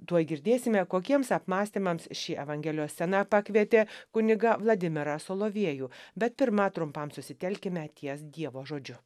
tuoj girdėsime kokiems apmąstymams ši evangelijos scena pakvietė kunigą vladimirą solovėjų bet pirma trumpam susitelkime ties dievo žodžiu